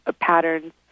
patterns